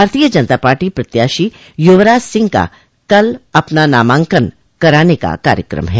भारतीय जनता पार्टी प्रत्याशी युवराज सिंह का कल अपना नामांकन कराने का कार्यक्रम है